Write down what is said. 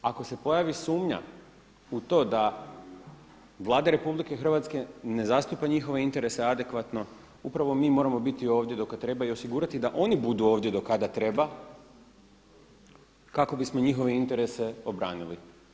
Ako se pojavi sumnja u to da Vlada RH ne zastupa njihove interese adekvatno upravo mi moramo biti ovdje do kada treba i osigurati da oni budu ovdje do kada treba kako bismo njihove interese obranili.